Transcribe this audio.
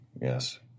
Yes